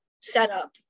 setup